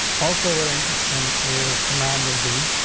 also, where interesting is command and d.